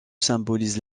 symbolise